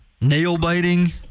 nail-biting